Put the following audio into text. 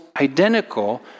identical